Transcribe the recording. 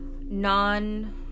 non